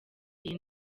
iyi